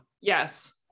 Yes